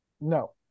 No